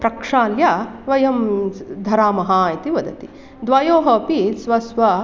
प्रक्षाल्य वयं धरामः इति वदति द्वयोः अपि स्व स्व